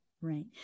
Right